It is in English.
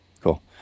cool